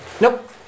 nope